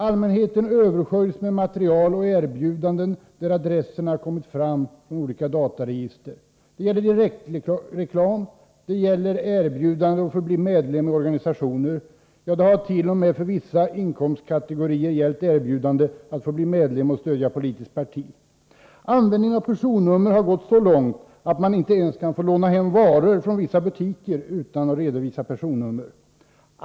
Allmänheten översköljs med material och erbjudanden där adresserna kommit från olika dataregister. Det gäller direktreklam, det gäller erbjudanden om att få bli medlem i organisationer. Ja, det har t.o.m. för vissa inkomstkategorier gällt erbjudanden om att få bli medlem och stödja politiskt parti. Användningen av personnummer har gått så långt att man inte ens kan få låna hem varor från vissa butiker utan att redovisa personnummer.